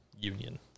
union